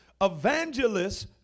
Evangelists